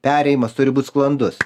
perėjimas turi būt sklandus